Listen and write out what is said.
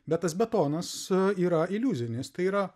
bet tas betonas yra iliuzinis tai yra